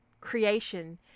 creation